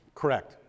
correct